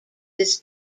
this